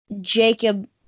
Jacob